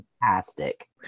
fantastic